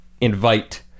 invite